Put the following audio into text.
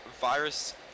virus